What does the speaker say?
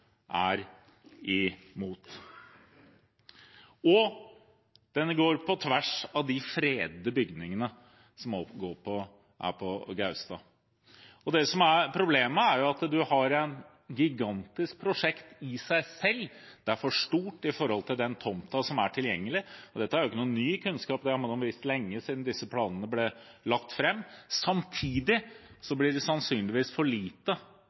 er imot. Prosjektet går på tvers av de fredede bygningene som er på Gaustad. Problemet er at prosjektet i seg selv er for stort i forhold til den tomten som er tilgjengelig. Dette er ikke ny kunnskap – dette har man visst lenge, siden disse planene ble lagt fram. Samtidig blir det sannsynligvis for lite